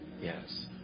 Yes